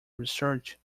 research